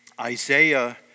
Isaiah